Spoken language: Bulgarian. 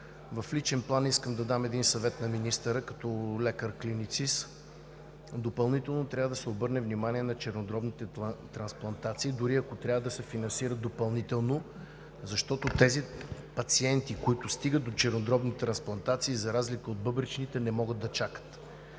клиницист искам да дам един съвет на министъра – допълнително трябва да се обърне внимание на чернодробните трансплантации, дори ако трябва допълнително да се финансира, защото тези пациенти, които стигат до чернодробни трансплантации, за разлика от бъбречните, не могат да чакат.